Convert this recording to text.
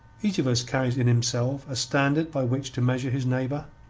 each of us carries in himself a standard by which to measure his neighbour.